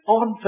on